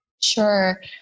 Sure